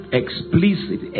explicit